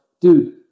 dude